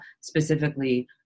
specifically